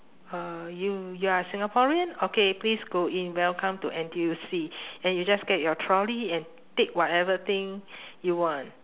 uh you you are singaporean okay please go in welcome to N_T_U_C and you just get your trolley and take whatever thing you want